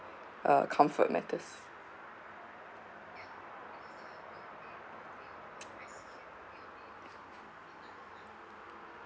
uh comfort matters